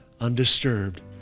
undisturbed